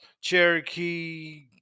Cherokee